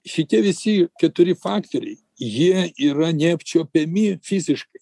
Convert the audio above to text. šitie visi keturi faktoriai jie yra neapčiuopiami fiziškai